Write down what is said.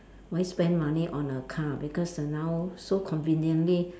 why spend money on a car because err now so conveniently